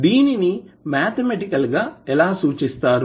దీనిని మాథమెటికల్ గా ఎలా సూచిస్తారు